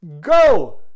Go